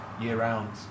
year-round